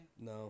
No